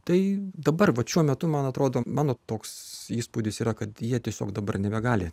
tai dabar vat šiuo metu man atrodo mano toks įspūdis yra kad jie tiesiog dabar nebegali